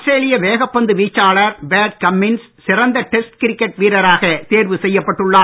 ஆஸ்திரேலிய வேகப் பந்து வீச்சாளர் பேட் கம்மின்ஸ் சிறந்த டெஸ்ட் கிரிக்கெட் வீரராக தேர்வு செய்யப்பட்டுள்ளார்